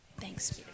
Thanks